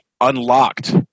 unlocked